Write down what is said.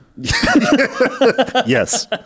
yes